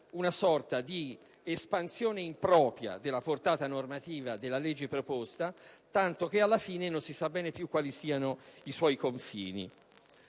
una sorta di espansione impropria della portata normativa del provvedimento presentato, tanto che alla fine non si sa bene quali siano i suoi confini.